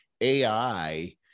AI